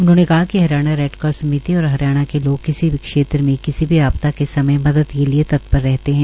उन्होंने कहा कि हरियाणा रैडक्रास समिति और हरियाणा के लोग किसी भी क्षेत्र में किसी भी आपदा के समय मदद के लिए तत्पर रहते हैं